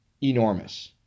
enormous